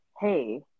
hey